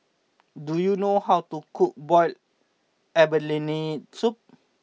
do you know how to cook Boiled Abalone Soup